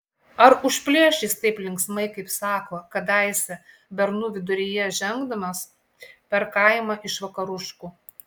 ar užplėš jis taip linksmai kaip sako kadaise bernų viduryje žengdamas per kaimą iš vakaruškų